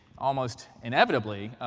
almost inevitably,